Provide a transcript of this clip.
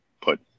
put